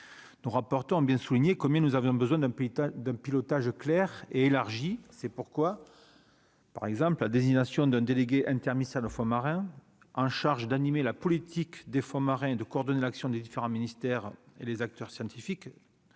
nous rapportons bien souligner combien nous avions besoin d'un petit d'un pilotage clair et élargi, c'est pourquoi, par exemple la désignation d'un délégué interministériel le fond marin en charge d'animer la politique des fonds marins, de coordonner l'action des différents ministères et les acteurs scientifiques